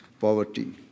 poverty